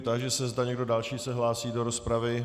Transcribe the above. Táži se, zda někdo další se hlásí do rozpravy.